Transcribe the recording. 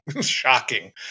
shocking